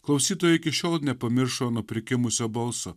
klausytojai iki šiol nepamiršo nuo prikimusio balso